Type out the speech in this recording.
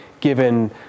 given